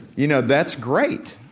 you know, that's great.